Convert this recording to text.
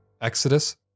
Exodus